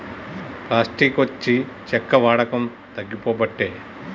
plastic వచ్చి చెక్క వాడకం తగ్గిపోబట్టే